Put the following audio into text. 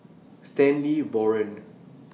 Stanley Warren